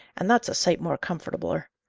and that's a sight more comfortabler.